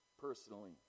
Personally